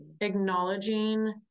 acknowledging